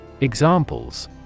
Examples